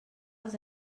els